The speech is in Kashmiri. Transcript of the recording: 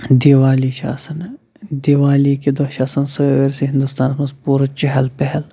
دیوالی چھِ آسان دیوالی کہِ دۄہ چھِ آسان سٲرسٕے ہِندستانَس منٛز پوٗرٕ چہل پہل